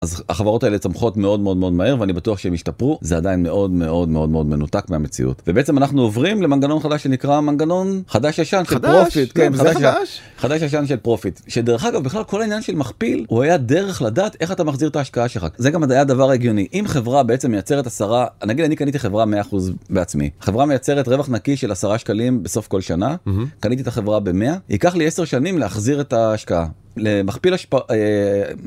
אז החברות האלה צמחות מאוד מאוד מאוד מהר ואני בטוח שהם ישתפרו זה עדיין מאוד מאוד מאוד מנותק מהמציאות ובעצם אנחנו עוברים למנגנון חדש שנקרא מנגנון חדש-ישן. חדש ישן של פרופיט שדרך אגב בכלל כל העניין של מכפיל הוא היה דרך לדעת איך אתה מחזיר את ההשקעה שלך זה גם היה דבר הגיוני אם חברה בעצם מייצרת עשרה, אני קניתי חברה 100% בעצמי חברה מייצרת רווח נקי של 10 שקלים בסוף כל שנה, קניתי את החברה במאה ייקח לי 10 שנים להחזיר את ההשקעה. למכפיל השקעה...